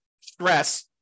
stress